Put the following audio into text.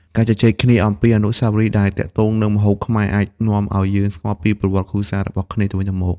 ការជជែកគ្នាអំពីអនុស្សាវរីយ៍ដែលទាក់ទងនឹងម្ហូបខ្មែរ អាចនាំឱ្យយើងស្គាល់ពីប្រវត្តិគ្រួសាររបស់គ្នាទៅវិញទៅមក។